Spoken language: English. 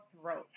throat